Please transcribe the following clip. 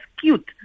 cute